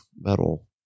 metal